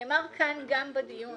נאמר כאן גם בדיון